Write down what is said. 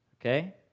Okay